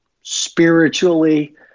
spiritually